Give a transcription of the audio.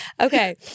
Okay